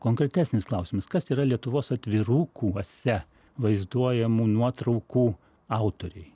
konkretesnis klausimas kas yra lietuvos atvirukuose vaizduojamų nuotraukų autoriai